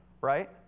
right